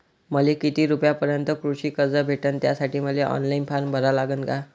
मले किती रूपयापर्यंतचं कृषी कर्ज भेटन, त्यासाठी मले ऑनलाईन फारम भरा लागन का?